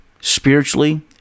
spiritually